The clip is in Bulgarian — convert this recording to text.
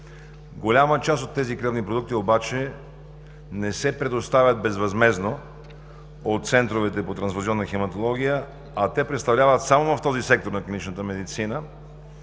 Голяма част от тези кръвни продукти обаче не се предоставят безвъзмездно от центровете по трансфузионна хематология, а те представляват само в този сектор на клиничната медицина